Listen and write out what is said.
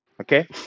Okay